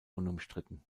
unumstritten